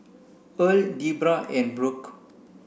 Earl Debra and Brooke